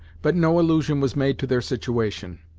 but no allusion was made to their situation.